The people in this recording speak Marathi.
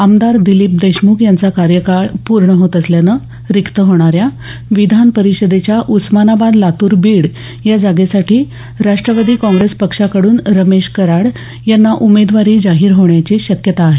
आमदार दिलीप देशमुख यांचा कार्यकाळ पूर्ण होत असल्यानं रिक्त होणाऱ्या विधान परिषदेच्या उस्मानाबाद लातूर बीड या जागेसाठी राष्ट्रवादी काँग्रेस पक्षाकडून रमेश कराड यांना उमेदवारी जाहीर होण्याची शक्यता आहे